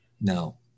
No